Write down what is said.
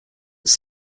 its